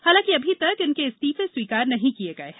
हालांकि अभी तक उनके इस्तीफे स्वीकार नहीं किये गये हैं